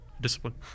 Discipline